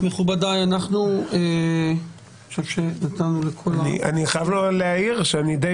מכובדיי --- אני חייב להעיר שאני די